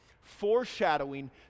foreshadowing